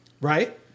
right